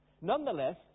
Nonetheless